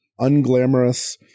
unglamorous